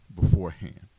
beforehand